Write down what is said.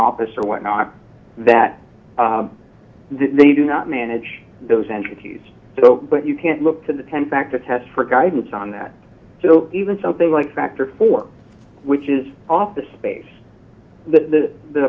office or what not that they do not manage those entities but you can't look to the ten fact to test for guidance on that even something like factor for which is office space th